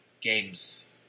games